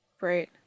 Right